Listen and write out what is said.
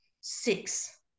six